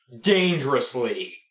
dangerously